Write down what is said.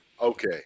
okay